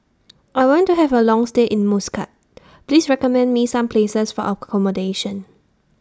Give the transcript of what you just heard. I want to Have A Long stay in Muscat Please recommend Me Some Places For accommodation